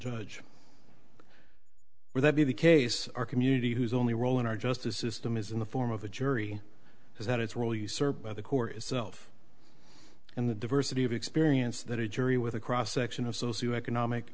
judge where that be the case our community whose only role in our justice system is in the form of a jury is that it's really served by the court itself and the diversity of experience that a jury with a cross section of socio economic